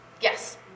yes